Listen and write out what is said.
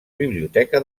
biblioteca